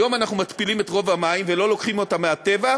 היום אנחנו מתפילים את רוב המים ולא לוקחים אותם מהטבע.